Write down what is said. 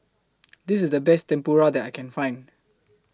This IS The Best Tempura that I Can Find